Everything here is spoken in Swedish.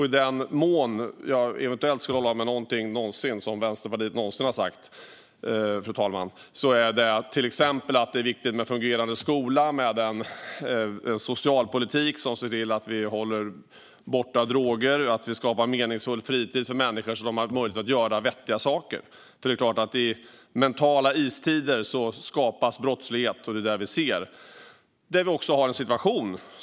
I den mån jag eventuellt någonsin skulle hålla med om någonting som Vänsterpartiet har sagt, fru talman, är det att det till exempel är viktigt med en fungerande skola, med en socialpolitik som ser till att vi håller droger borta och med att vi skapar en meningsfull fritid för människor så att de har möjlighet att göra vettiga saker. I mentala istider skapas brottslighet, och det är vad vi ser. Fru talman!